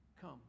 come